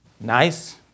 nice